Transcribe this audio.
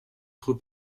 trop